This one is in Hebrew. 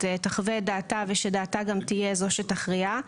תחווה את דעתה ודעתה גם תהיה זו שתכריע.